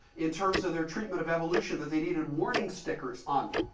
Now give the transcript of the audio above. in terms of their treatment of evolution, that they needed warning stickers on